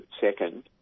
second